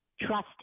trust